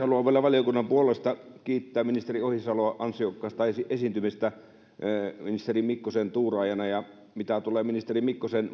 valiokunnan puolesta kiittää ministeri ohisaloa ansiokkaasta esiintymisestä ministeri mikkosen tuuraajana ja mitä tulee ministeri mikkosen